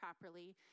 properly